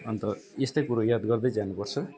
अन्त यस्तै कुरो याद गर्दै जानु पर्छ